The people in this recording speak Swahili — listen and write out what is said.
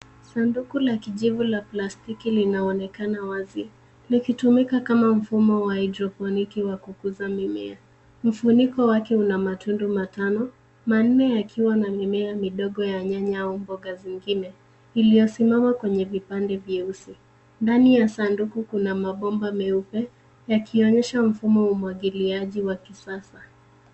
Sanduku la kijivu la plastiki linaonekana wazi likitumika kama mfumo ya haidroponiki wa kukuza mimea. Mfuniko wake una matundu matano, manne yakiwa na mimea midogo ya nyanya au mboga zingine iliyosimama kwenye vipande vyeusi. Ndani ya sanduku kuna mabomba meupe, yakionyesha mfumo wa umwagiliaji wa kisasa.